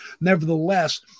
nevertheless